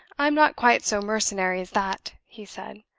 i'm not quite so mercenary as that! he said,